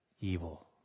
evil